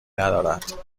ندارد